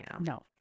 no